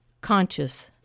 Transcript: conscious